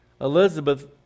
Elizabeth